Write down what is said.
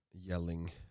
yelling